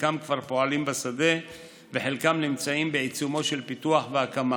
חלקם כבר פועלים בשדה וחלקם נמצאים בעיצומם של פיתוח והקמה.